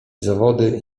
zawody